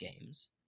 games